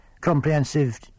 comprehensive